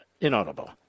inaudible